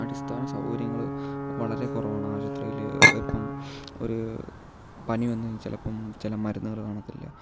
അടിസ്ഥാന സൗകര്യങ്ങള് വളരെ കുറവാണ് ആശുപത്രിയിൽ ഇപ്പം ഒരു പനി വന്ന് ചിലപ്പം ചില മരുന്നുകൾ കാണത്തില്ല